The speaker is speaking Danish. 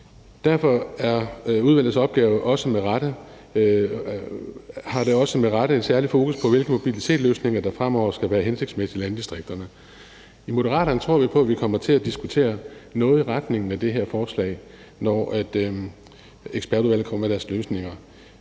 Derfor har udvalgets opgave også med rette særligt fokus på, hvilke mobilitetsløsninger der fremover vil være hensigtsmæssige i landdistrikterne. I Moderaterne tror vi på, at vi kommer til at diskutere noget i retning af det her forslag, når ekspertudvalget kommer med deres løsninger.